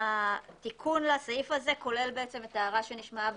התיקון לסעיף הזה כולל את ההערה שנשמעה